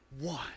One